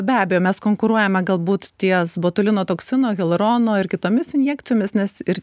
be abejo mes konkuruojame galbūt ties botulino toksino hialurono ir kitomis injekcijomis nes ir